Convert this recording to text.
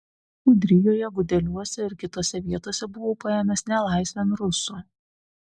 ūdrijoje gudeliuose ir kitose vietose buvau paėmęs nelaisvėn rusų